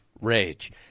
Rage